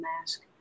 mask